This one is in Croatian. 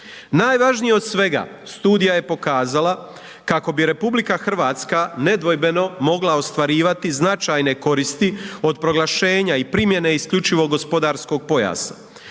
Najvažniji od svega studija je pokazala kako bi Republika Hrvatska nedvojbeno mogla ostvarivati značajne koristi od proglašenja i primjene isključivog gospodarskog pojasa.